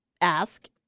Ask